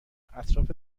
اطراف